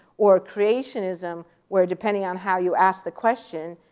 or creationism where depending on how you ask the question,